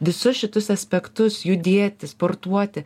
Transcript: visus šitus aspektus judėti sportuoti